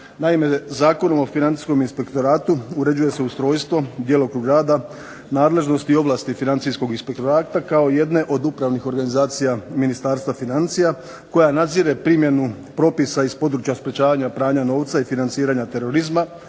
Naime Zakonom o financijskom inspektoratu uređuje se ustrojstvo, djelokrug rada, nadležnost i ovlasti financijskog inspektorata, kao jedne od upravnih organizacija Ministarstva financija, koja nadzire primjenu propisa iz područja sprječavanja pranja novca i financiranja terorizma,